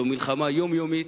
זו מלחמה יומיומית.